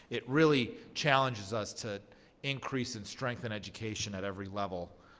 it really challenges us to increase and strengthen education at every level,